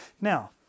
Now